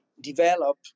develop